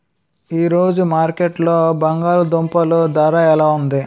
ఈ రోజు మార్కెట్లో బంగాళ దుంపలు ధర ఎలా ఉంది?